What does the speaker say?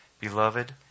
Beloved